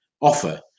offer